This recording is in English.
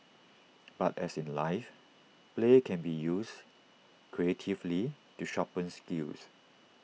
but as in life play can be used creatively to sharpen skills